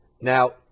Now